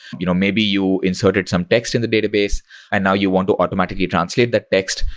you know maybe you inserted some text in the database and now you want to automatically translate that text,